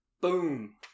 Boom